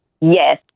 Yes